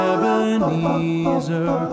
Ebenezer